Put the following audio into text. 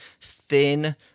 thin